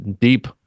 deep